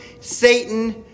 Satan